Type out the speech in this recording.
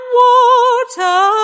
water